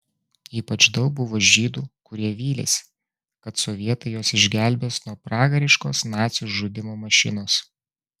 ypač daug buvo žydų kurie vylėsi kad sovietai juos išgelbės nuo pragariškos nacių žudymo mašinos